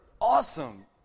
awesome